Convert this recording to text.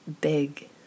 big